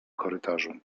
korytarzu